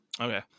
Okay